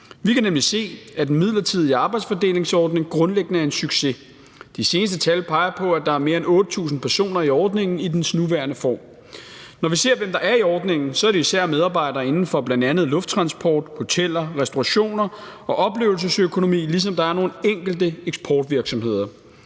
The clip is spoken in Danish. Vi kan nemlig se, at den midlertidige arbejdsfordelingsordning grundlæggende er en succes. De seneste tal peger på, at der er mere end 8.000 personer i ordningen i dens nuværende form. Når vi ser på, hvem der er i ordningen, er det jo især medarbejdere inden for bl.a. lufttransport, hoteller, restaurationer og oplevelsesøkonomi, ligesom der er nogle enkelte eksportvirksomheder.